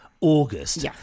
August